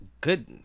good